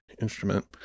instrument